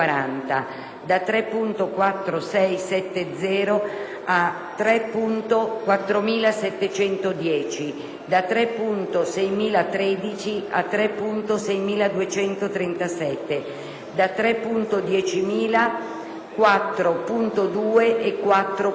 da 3.4670 a 3.4710, da 3.6013 a 3.6237, 3.10000, 4.2 e 4.3.